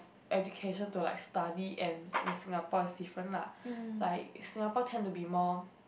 education to like study and Singapore is different lah like Singapore tend to be more